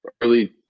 early